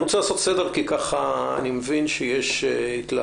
אני רוצה לעשות סדר כי אני מבין שיש התלהבות